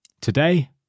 Today